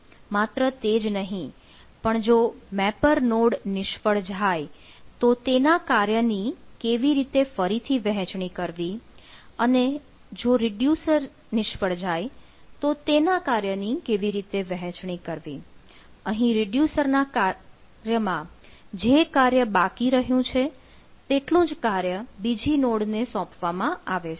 માત્ર તે જ નહીં પણ જો મેપર નોડ નિષ્ફળ જાય તો તેના કાર્યની કેવી રીતે ફરીથી વહેચણી કરવી અને જો રીડ્યુસર નિષ્ફળ જાય તો તેના કાર્યની કેવી રીતે વહેંચણી કરવી અહીં રીડ્યુસર ના કાર્યમાં જે કાર્ય બાકી રહ્યું છે તેટલું જ કાર્ય બીજી નોડ ને સોંપવામાં આવે છે